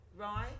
right